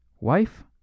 Wife